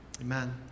Amen